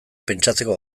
pentsatzeko